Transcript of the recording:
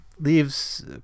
leaves